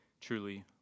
truly